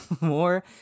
more